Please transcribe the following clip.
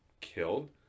killed